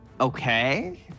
Okay